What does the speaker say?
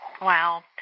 Wow